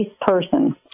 person